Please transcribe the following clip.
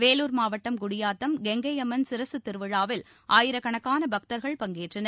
வேலூர் மாவட்டம் குடியாத்தம் கெங்கையம்மன் சிரசு திருவிழாவில் ஆயிரக்கணக்கான பக்தர்கள் பங்கேற்றனர்